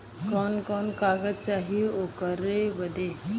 कवन कवन कागज चाही ओकर बदे?